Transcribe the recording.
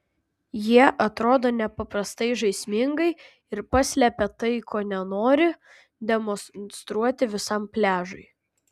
jie atrodo nepaprastai žaismingai ir paslepia tai ko nenori demonstruoti visam pliažui